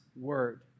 word